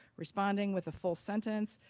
responding with a full sentence,